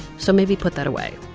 so maybe put that away.